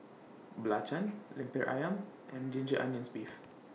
Belacan Lemper Ayam and Ginger Onions Beef